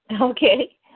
okay